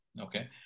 Okay